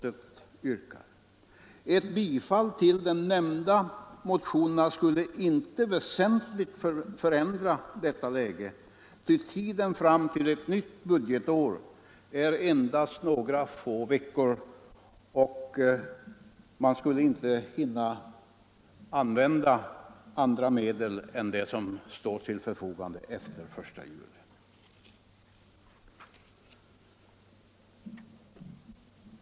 Ett bifall till de nämnda motionerna skulle inte väsentligt förändra detta läge, ty tiden fram till ett nytt budgetår består endast av några få veckor. Man skulle inte hinna använda andra medel än de som står till förfogande efter den 1 juli.